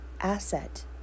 asset